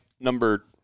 number